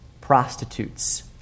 prostitutes